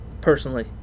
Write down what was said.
personally